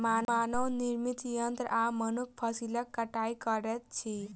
मानव निर्मित यंत्र आ मनुख फसिलक कटाई करैत अछि